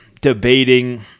debating –